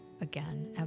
again